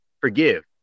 forgive